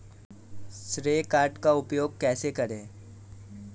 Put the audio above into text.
श्रेय कार्ड का उपयोग कैसे करें?